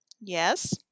Yes